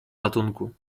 ratunku